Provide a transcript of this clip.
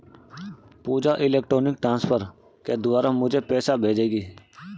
पूजा electronic transfer के द्वारा मुझें पैसा भेजेगी